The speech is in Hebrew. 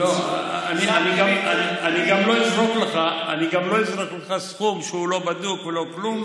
אני גם לא אזרוק לך סכום שהוא לא בדוק ולא כלום,